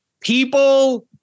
people